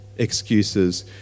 Excuses